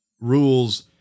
rules